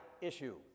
issue